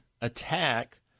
attack